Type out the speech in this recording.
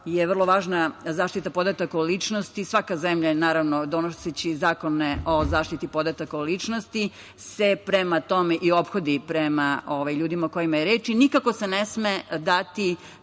je vrlo važna zaštita podataka o ličnosti. Svaka zemlja se, naravno, donoseći zakone o zaštiti podataka o ličnosti, prema tome i ophodi prema ljudima o kojima je reč. Nikako se ne sme dati